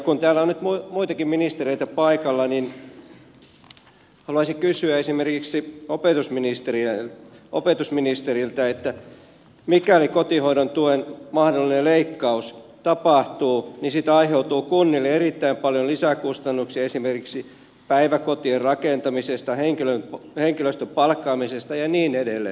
kun täällä on nyt muitakin ministereitä paikalla niin haluaisin kysyä esimerkiksi opetusministeriltä että mikäli kotihoidon tuen mahdollinen leikkaus tapahtuu ja kun siitä aiheutuu kunnille erittäin paljon lisäkustannuksia esimerkiksi päiväkotien rakentamisesta henkilöstön palkkaamisesta ja niin edelleen